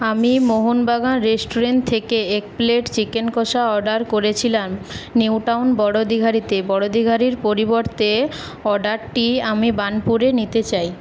আমি মোহনবাগান রেস্টুরেন্ট থেকে এক প্লেট চিকেন কষা অর্ডার করেছিলাম নিউ টাউন বড়ো দীঘারিতে বড়ো দীঘারির পরিবর্তে অর্ডারটি আমি বার্নপুরে নিতে চাই